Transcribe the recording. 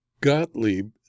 Gottlieb